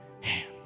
hand